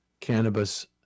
cannabis